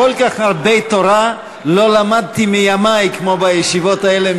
כל כך הרבה תורה לא למדתי מימי כמו בישיבות האלה,